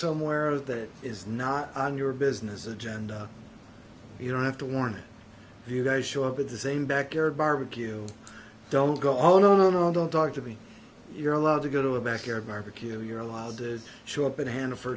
somewhere that is not on your business agenda you don't have to warn you guys show up at the same backyard barbecue don't go oh no no no don't talk to me you're allowed to go to a backyard barbecue you're allowed to show up at hanafor